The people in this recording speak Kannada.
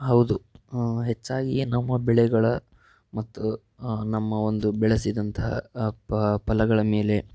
ಹೌದು ಹೆಚ್ಚಾಗಿಯೇ ನಮ್ಮ ಬೆಳೆಗಳ ಮತ್ತು ನಮ್ಮ ಒಂದು ಬೆಳೆಸಿದಂತಹ ಆ ಫಲಗಳ ಮೇಲೆ